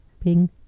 Ping